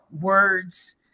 words